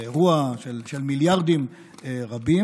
זה אירוע של מיליארדים רבים,